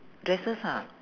dresses ha